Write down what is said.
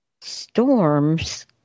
storms